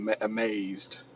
amazed